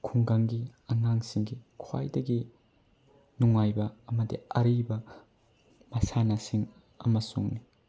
ꯈꯨꯡꯒꯪꯒꯤ ꯑꯉꯥꯡꯁꯤꯡꯒꯤ ꯈ꯭ꯋꯥꯏꯗꯒꯤ ꯅꯨꯡꯉꯥꯏꯕ ꯑꯃꯗꯤ ꯑꯔꯤꯕ ꯃꯁꯥꯟꯅꯁꯤꯡ ꯑꯃꯁꯨꯅꯤ